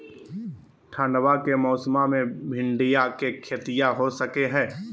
ठंडबा के मौसमा मे भिंडया के खेतीया हो सकये है?